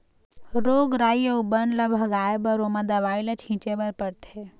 रोग राई अउ बन ल भगाए बर ओमा दवई ल छिंचे बर परथे